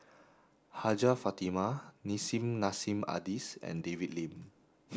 Hajjah Fatimah Nissim Nassim Adis and David Lim